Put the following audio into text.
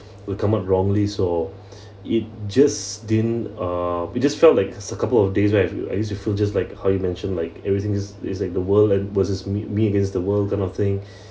will come out wrongly so it just didn't uh it just felt like it's a couple of days right I used to feel just like how you mentioned like everything is is like the world and versus me me against the world kind of thing